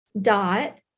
dot